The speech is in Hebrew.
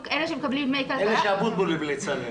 אלה שאבוטבול המליץ עליהם.